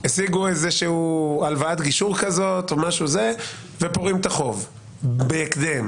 השיגו איזושהי הלוואת גישור ופורעים את החוב בהקדם,